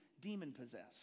demon-possessed